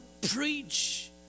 preach